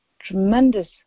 tremendous